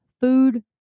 food